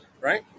Right